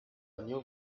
new